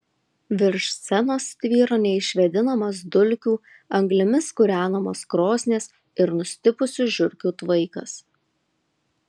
virš scenos tvyro neišvėdinamas dulkių anglimis kūrenamos krosnies ir nustipusių žiurkių tvaikas